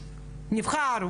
נבחר,